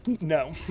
No